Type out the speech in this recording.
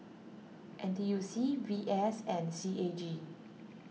N T U C V S and C A G